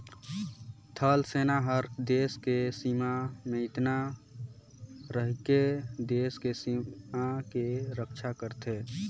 थल सेना हर देस के सीमा में तइनात रहिके देस के सीमा के रक्छा करथे